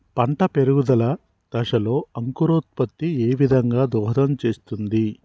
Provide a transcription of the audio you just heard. పంట పెరుగుదల దశలో అంకురోత్ఫత్తి ఏ విధంగా దోహదం చేస్తుంది?